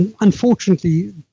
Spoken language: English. Unfortunately